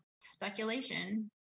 speculation